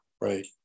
right